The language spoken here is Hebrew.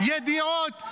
ידיעות,